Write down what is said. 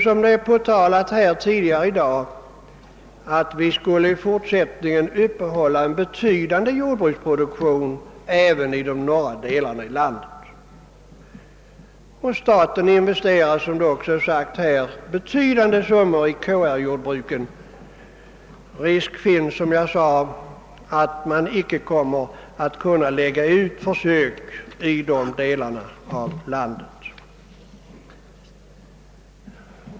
Som det påtalats här tidigare i dag hette det ju att vi i fortsättningen skulle uppehålla en betydande jordbruksproduktion även i de norra delarna av landet. Staten investerar, som också framhållits här, betydande summor i KR-jordbruket. Som jag sade finns det risk för att man inte kommer att kunna lägga ut försök i dessa delar av landet.